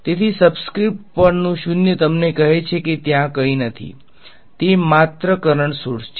તેથી સબસ્ક્રિપ્ટ પરનું શૂન્ય તમને કહે છે કે ત્યાં કંઈ નથી તે માત્ર કરંટસોર્સ છે